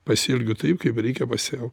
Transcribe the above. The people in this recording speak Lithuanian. pasielgiu taip kaip reikia pasiel